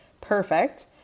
perfect